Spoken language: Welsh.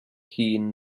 hun